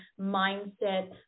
mindset